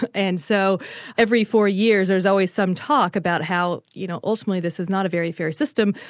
and so every four years there's always some talk about how you know ultimately this is not a very fair system,